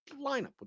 lineup